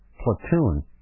platoon